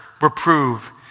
reprove